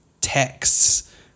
texts